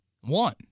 One